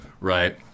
right